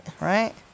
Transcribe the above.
right